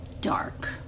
dark